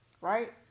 right